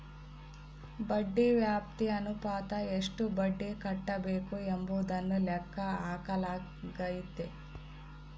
ಬಡ್ಡಿ ವ್ಯಾಪ್ತಿ ಅನುಪಾತ ಎಷ್ಟು ಬಡ್ಡಿ ಕಟ್ಟಬೇಕು ಎಂಬುದನ್ನು ಲೆಕ್ಕ ಹಾಕಲಾಗೈತಿ